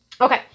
Okay